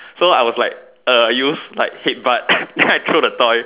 so I was like uh use like head butt then I throw the toy